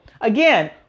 Again